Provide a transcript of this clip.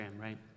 right